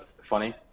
funny